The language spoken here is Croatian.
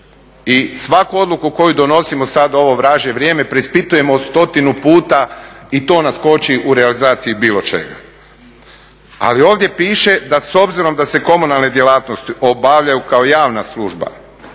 I svaku odluku koju donosimo sada u ovo vražje vrijeme, preispitujemo stotinu puta i to nas koči u realizaciji bilo čega. Ali ovdje piše da s obzirom da se komunalne djelatnosti obavljaju kao javna služba,